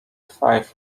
five